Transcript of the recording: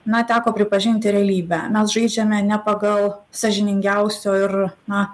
na teko pripažinti realybę mes žaidžiame ne pagal sąžiningiausio ir na